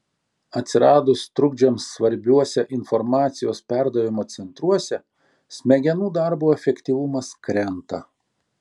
atsiradus trukdžiams svarbiuose informacijos perdavimo centruose smegenų darbo efektyvumas krenta